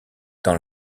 dans